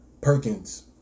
Perkins